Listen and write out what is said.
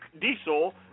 Diesel